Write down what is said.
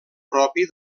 propi